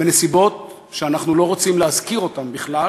בנסיבות שאנחנו לא רוצים להזכיר אותן בכלל,